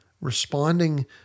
responding